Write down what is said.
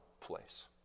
place